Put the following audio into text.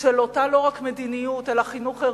של אותה, לא רק מדיניות, אלא חינוך ערכי.